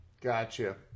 Gotcha